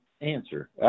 answer